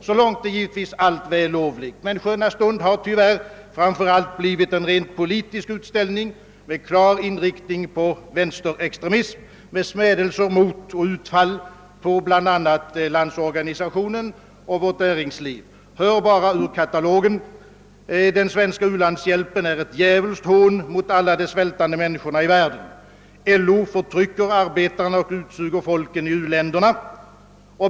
Så långt är allt givetvis vällovligt, men »Sköna stund» har tyvärr framför allt blivit en rent politisk utställning med klar inriktning på vänsterextremism med smädelser och utfall mot bl.a. Landsorganisationen och vårt näringsliv. Hör bara vad som står i katalogen: Den svenska u-landshjälpen är ett djävulskt hån mot alla de svältande människorna i världen. — LO förtrycker arbetarna och utsuger folken i u-länderna.